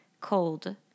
cold